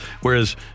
whereas